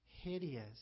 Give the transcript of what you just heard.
hideous